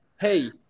hey